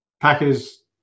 Packers